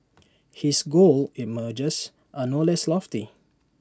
his goals IT emerges are no less lofty